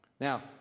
Now